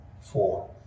four